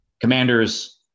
commanders